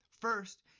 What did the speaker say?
First